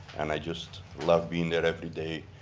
and i just love being there everyday,